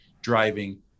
driving